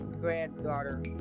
granddaughter